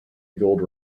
gold